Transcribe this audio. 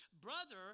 brother